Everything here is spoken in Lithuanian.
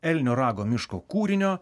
elnio rago miško kūrinio